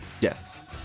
yes